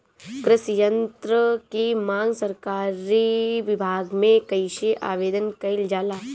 कृषि यत्र की मांग सरकरी विभाग में कइसे आवेदन कइल जाला?